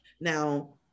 Now